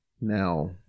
Now